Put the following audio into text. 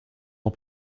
ans